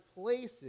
places